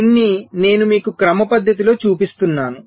దీనిని నేను మీకు క్రమపద్ధతిలో చూపిస్తున్నాను